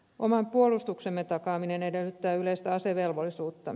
oman puolustuksemme takaaminen edellyttää yleistä asevelvollisuutta